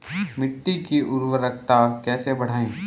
मिट्टी की उर्वरकता कैसे बढ़ायें?